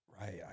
right